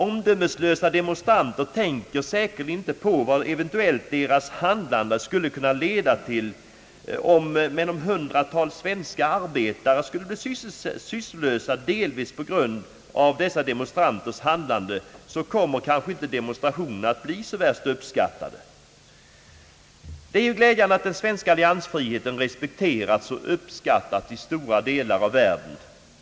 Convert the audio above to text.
Omdömeslösa demonstranter tänker säkerligen inte på vad deras handlande eventuellt skulle kunna leda till. Men om hundratals svenska arbetare skulle bli sysslolösa delvis på grund av dessa demonstranters handlande kommer demonstrationerna kanske inte att bli särskilt uppskattade. Det är glädjande att den svenska alliansfriheten respekteras och uppskattas i stora delar av världen.